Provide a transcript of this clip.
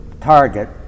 target